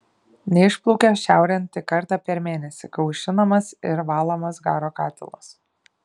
neišplaukia šiaurėn tik kartą per mėnesį kai aušinamas ir valomas garo katilas